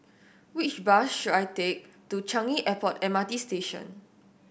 which bus should I take to Changi Airport M R T Station